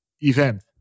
event